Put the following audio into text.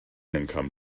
income